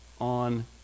on